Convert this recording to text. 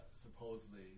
Supposedly